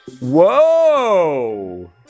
Whoa